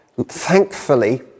Thankfully